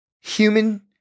human